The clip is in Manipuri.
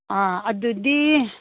ꯑꯥ ꯑꯗꯨꯗꯤ